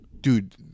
dude